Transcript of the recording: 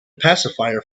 pacifier